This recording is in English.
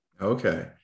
Okay